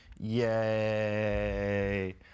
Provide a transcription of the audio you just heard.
Yay